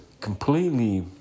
completely